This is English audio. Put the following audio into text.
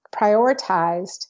prioritized